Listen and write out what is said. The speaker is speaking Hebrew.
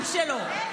תקשיבי לנאום שלו,